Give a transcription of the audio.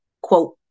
quote